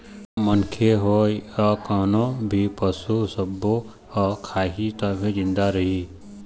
मनखे होए य कोनो भी पसू सब्बो ह खाही तभे जिंदा रइही